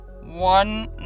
One